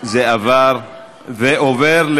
זה עובר לוועדת,